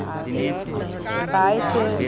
आओर बाइस